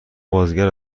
بازیگر